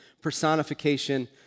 personification